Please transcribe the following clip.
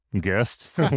guest